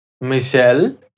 Michelle